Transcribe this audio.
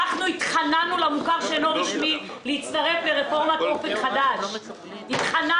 אנחנו התחננו בפני המוכר הלא רשמי להצטרף לרפורמת אופק חדש בזמנו.